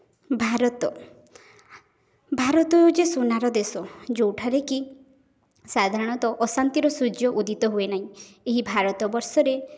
ଭାରତ ଭାରତ ହଉଛି ସୁନା ର ଦେଶ ଯେଉଁଠାରେ କି ସାଧାରଣତଃ ଅସନ୍ତି ର ସୂର୍ଯ୍ୟ ଉଦିତ ହୁଏ ନାହିଁ ଏହି ଭାରତ ବର୍ଷରେ